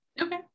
okay